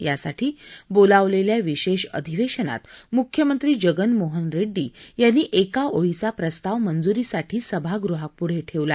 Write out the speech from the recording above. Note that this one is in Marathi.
यासाठी बोलावलेल्या विशेष अधिवेशनात मुख्यमंत्री जगन मोहन रेड्डी यांनी एका ओळीचा प्रस्ताव मंजुरीसाठी सभागृहापुढं ठेवला